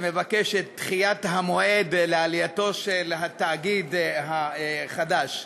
שמבקש את דחיית המועד לעלייתו של התאגיד החדש.